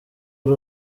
ari